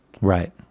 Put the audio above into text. Right